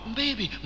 baby